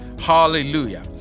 Hallelujah